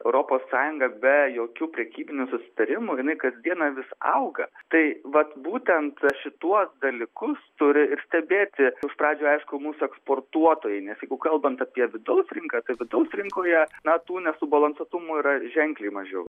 europos sąjungą be jokių prekybinių susitarimų jinai kasdieną vis auga tai vat būtent šituos dalykus turi ir stebėti iš pradžių aišku mūsų eksportuotojai nes jeigu kalbant apie vidaus rinką kad vidaus rinkoje na tų nesubalansuotumų yra ženkliai mažiau